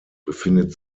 befindet